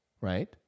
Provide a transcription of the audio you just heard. right